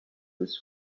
his